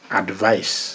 advice